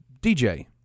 DJ